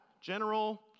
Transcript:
general